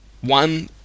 one